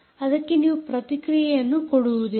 ಅದಕ್ಕೆ ನೀವು ಪ್ರತಿಕ್ರಿಯೆಯನ್ನು ಕೊಡುವುದಿಲ್ಲ